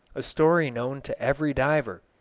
a story known to every diver.